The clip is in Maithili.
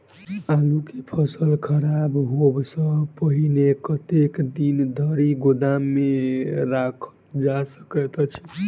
आलु केँ फसल खराब होब सऽ पहिने कतेक दिन धरि गोदाम मे राखल जा सकैत अछि?